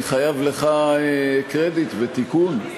אני חייב לך קרדיט ותיקון,